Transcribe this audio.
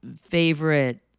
favorite